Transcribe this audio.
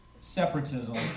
separatism